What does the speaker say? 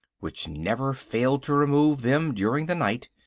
which never failed to remove them during the night.